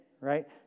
right